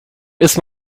ist